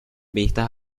vistas